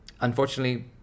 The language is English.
unfortunately